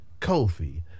Kofi